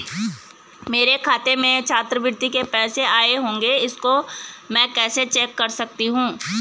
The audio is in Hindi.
मेरे खाते में छात्रवृत्ति के पैसे आए होंगे इसको मैं कैसे चेक कर सकती हूँ?